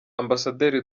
ambasaderi